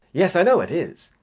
yes, i know it is.